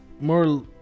more